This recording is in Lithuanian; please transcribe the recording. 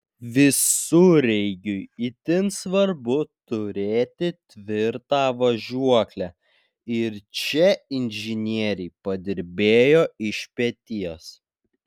visureigiui itin svarbu turėti tvirtą važiuoklę ir čia inžinieriai padirbėjo iš peties